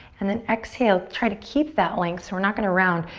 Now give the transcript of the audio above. and then exhale, try to keep that length. so we're not gonna round.